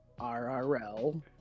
RRL